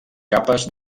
capes